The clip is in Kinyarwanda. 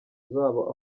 zabo